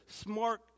smart